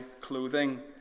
clothing